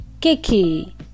Kiki